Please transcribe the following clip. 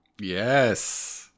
Yes